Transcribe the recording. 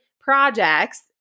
projects